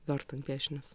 vartant piešinius